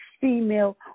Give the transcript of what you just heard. female